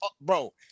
bro